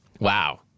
wow